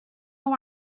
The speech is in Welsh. nhw